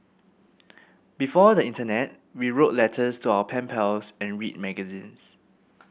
before the internet we wrote letters to our pen pals and read magazines